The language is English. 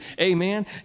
Amen